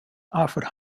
offered